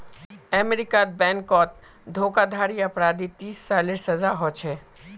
अमेरीकात बैनकोत धोकाधाड़ी अपराधी तीस सालेर सजा होछे